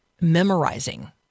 memorizing